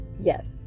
Yes